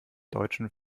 deutschen